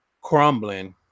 crumbling